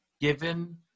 given